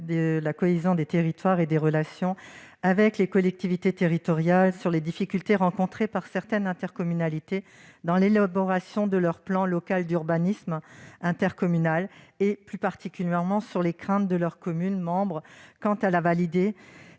de la cohésion des territoires et des relations avec les collectivités territoriales sur les difficultés rencontrées par certaines intercommunalités dans l'élaboration de leur plan local d'urbanisme intercommunal (PLUI), en particulier sur les craintes des communes membres quant à la validité